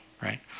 right